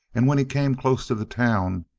and when he came close to the town,